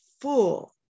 full